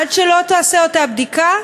עד שלא תיעשה אותה בדיקה,